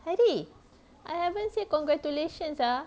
hairi I haven't say congratulations ah